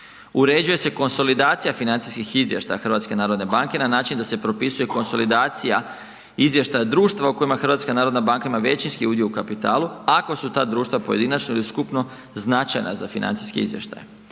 Uređuje se konsolidacija financijskih izvještaja HNB-a na način se propisuje konsolidacija izvještaja društva u kojima HNB ima većinski udio u kapitalu ako su ta društva pojedinačna ili skupno značajna za financijske izvještaje.